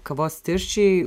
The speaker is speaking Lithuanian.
kavos tirščiai